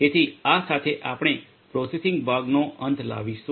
તેથી આ સાથે આપણે પ્રોસેસિંગ ભાગનો અંત લાવીશું